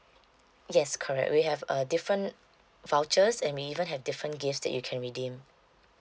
yes correct we have uh different vouchers and we even have different gifts that you can redeem